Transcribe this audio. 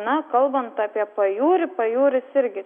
na kalbant apie pajūrį pajūris irgi